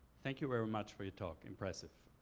thank you very much for your talk, impressive.